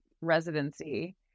residency